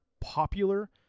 popular